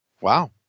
Wow